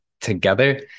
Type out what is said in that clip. together